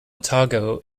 otago